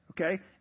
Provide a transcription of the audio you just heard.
Okay